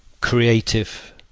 creative